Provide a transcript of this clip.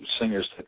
Singers